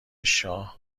شاه